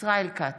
ישראל כץ,